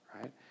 right